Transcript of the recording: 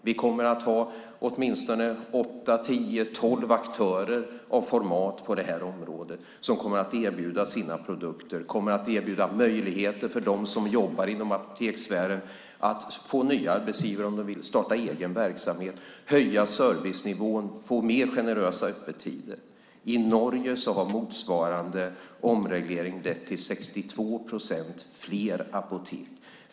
Vi kommer att ha åtminstone åtta, tio, tolv aktörer av format på det här området som kommer att erbjuda sina produkter och erbjuda möjligheter för dem som jobbar inom apotekssfären att få nya arbetsgivare om de vill, starta egen verksamhet, höja servicenivån och införa mer generösa öppettider. I Norge har motsvarande omreglering lett till 62 procents ökning av antalet apotek.